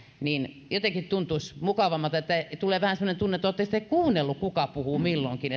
jotenkin tuntuisi mukavammalta tulee vähän semmoinen tunne että oletteko te kuunnelleet kuka puhuu milloinkin